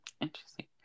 Interesting